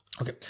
Okay